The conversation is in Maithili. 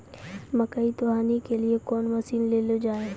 मकई तो हनी के लिए कौन मसीन ले लो जाए?